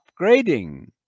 upgrading